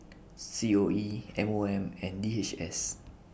C O E M O M and D H S